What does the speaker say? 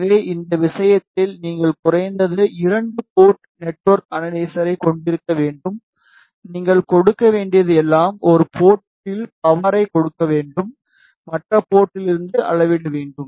எனவே இந்த விஷயத்தில் நீங்கள் குறைந்தது 2 போர்ட் நெட்வொர்க் அனலைசரைக் கொண்டிருக்க வேண்டும் நீங்கள் கொடுக்க வேண்டியது எல்லாம் ஒரு போர்ட்டில் பவரை கொடுக்க வேண்டும் மற்ற போர்ட்டிலிருந்து அளவிட வேண்டும்